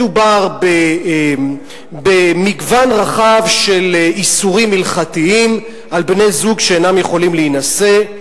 מדובר במגוון רחב של איסורים הלכתיים על בני-זוג שאינם יכולים להינשא,